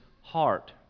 Heart